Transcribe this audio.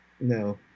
No